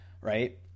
right